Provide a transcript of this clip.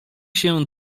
się